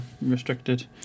Restricted